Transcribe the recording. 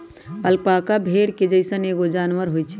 alpaca भेड़ के जइसन एगो जानवर होई छई